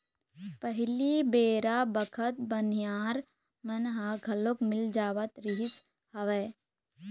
पहिली बेरा बखत बनिहार मन ह घलोक मिल जावत रिहिस हवय